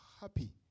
happy